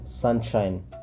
sunshine